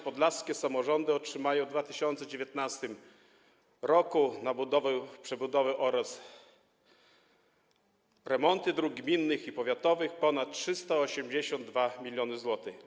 Podlaskie samorządy otrzymają w 2019 r. na budowę, przebudowę oraz remonty dróg gminnych i powiatowych ponad 382 mln zł.